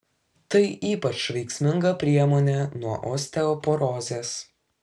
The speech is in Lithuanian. tai ypač veiksminga priemonė nuo osteoporozės